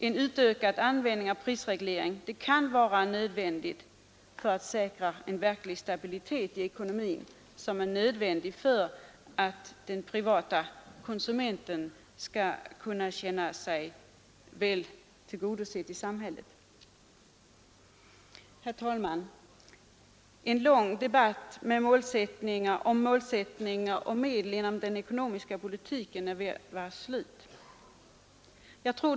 En utökad användning av prisreglering kan vara nödvändig för att säkra en verklig stabilitet i ekonomin och få den privata konsumenten att känna sig väl tillgodosedd i samhället. Herr talman! En lång debatt om målsättningar och medel inom den ekonomiska politiken lider nu mot sitt slut.